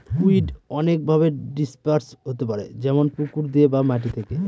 weed অনেকভাবে disperse হতে পারে যেমন পুকুর দিয়ে বা মাটি থেকে